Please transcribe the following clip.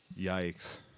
Yikes